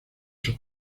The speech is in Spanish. sus